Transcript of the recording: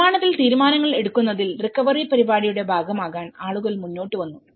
നിർമ്മാണത്തിൽ തീരുമാനങ്ങൾ എടുക്കുന്നതിൽ റിക്കവറി പരിപാടിയുടെ ഭാഗമാകാൻ ആളുകൾ മുന്നോട്ട് വന്നു